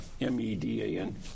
M-E-D-A-N